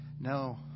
No